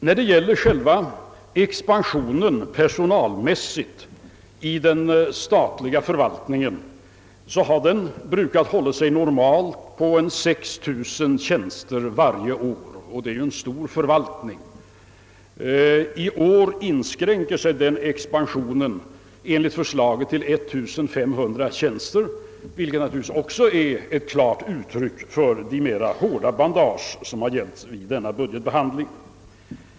När det gäller själva expansionen personalmässigt i den statliga förvaltningen, så har den brukat hålla sig normalt på 6 000 tjänster varje år — det är ju en stor förvaltning. I år inskränker sig den expansionen enligt förslaget till 1500 tjänster, vilket naturligtvis också är ett klart uttryck för de mera hårda bandage som har gällt vid denna budgetbehandling.